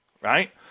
right